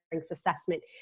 assessment